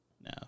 no